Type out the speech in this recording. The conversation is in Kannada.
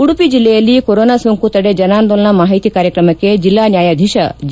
ಉಡುಪಿ ಜಿಲ್ಲೆಯಲ್ಲಿ ಕೊರೋನಾ ಸೋಂಕು ತಡೆ ಜನಾಂದೋಲನ ಮಾಹಿತಿ ಕಾರ್ಯಕ್ರಮಕ್ಕೆ ಜಿಲ್ಲಾ ನ್ನಾಯಾಧೀಶ ಜಿ